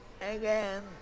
Again